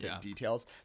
details